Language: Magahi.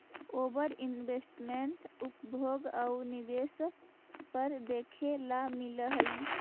ओवर इन्वेस्टमेंट उपभोग आउ निवेश पर देखे ला मिलऽ हई